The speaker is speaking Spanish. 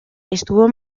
estuvo